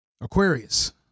Aquarius